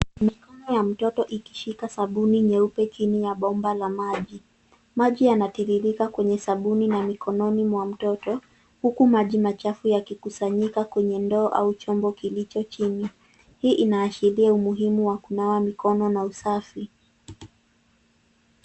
Mikono ya mtoto ikishika sabuni nyeupe chini ya bomba la maji. Maji yanatiririka kwenye sabuni na mkononi mwa mtoto huku maji machafu yakikusanyika kwenye ndoo au chombo kilicho chini. Hii inaashiria umuhimu wa kunawa mikono na usafi.